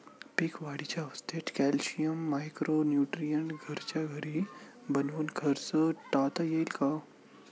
पीक वाढीच्या अवस्थेत calcium, micro neutron घरच्या घरी बनवून खर्च टाळता येईल का?